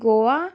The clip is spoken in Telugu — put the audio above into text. గోవా